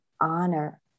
honor